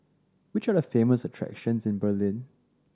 which are the famous attractions in Berlin